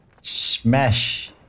smash